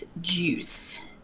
juice